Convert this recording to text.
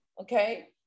Okay